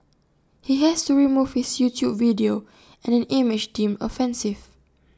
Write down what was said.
he has to remove his YouTube video and an image deemed offensive